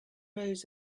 rows